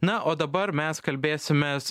na o dabar mes kalbėsimės